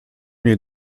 niej